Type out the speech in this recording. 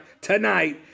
tonight